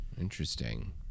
Interesting